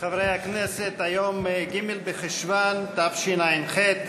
חברי הכנסת, היום ג' בחשוון תשע"ח,